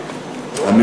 מה לעשות.